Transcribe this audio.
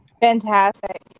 Fantastic